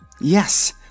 Yes